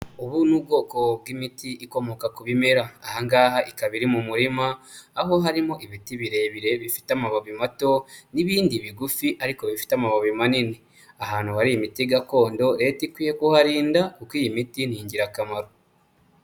Ubu ni ubwoko bw'imiti ikomoka ku bimera aha ngaha ikaba iri mu murima aho harimo ibiti birebire bifite amababi mato n'ibindi bigufi ariko bifite amababi manini. Ahantu hari imiti gakondo Leta ikwiye ko harinda kuko iyi miti ni ingirakamaro.